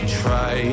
try